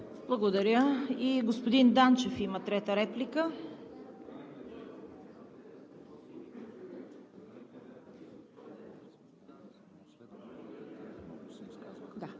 Благодаря. Господин Данчев има трета реплика.